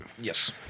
Yes